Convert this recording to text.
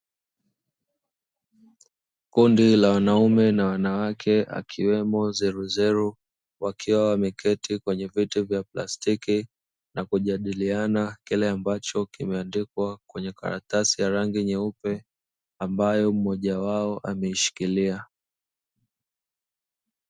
Kundi la wanaume na wanawake akiwemo zeruzeru, wakiwa wameketi kwenye viti vya plastiki, wakijadiliana kile ambacho kimeandikwa kwenye karatasi ya rangi nyeupe, ambayo mmoja wao ameshikilia.